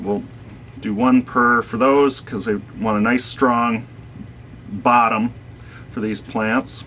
we'll do one per for those because they want to nice strong bottom for these plants